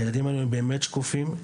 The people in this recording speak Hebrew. הילדים האלו באמת שקופים.